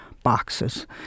Boxes